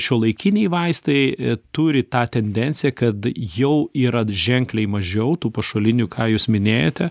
šiuolaikiniai vaistai turi tą tendenciją kad jau yra ženkliai mažiau tų pašalinių ką jūs minėjote